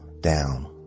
down